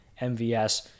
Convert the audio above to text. MVS